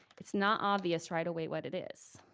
it's not obvious right away what it is.